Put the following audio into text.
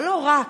אבל לא רק,